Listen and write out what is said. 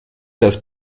das